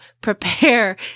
prepare